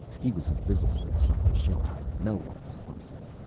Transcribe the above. he was invisible, inside the shelter. no one could find him.